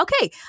okay